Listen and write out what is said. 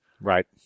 Right